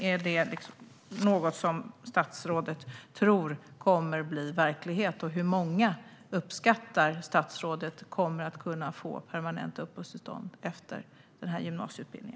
Är detta något som statsrådet tror kommer att bli verklighet, och hur många uppskattar statsrådet kommer att kunna få permanenta uppehållstillstånd efter denna utbildning?